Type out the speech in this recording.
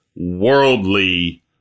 worldly